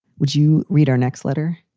would you read our next letter?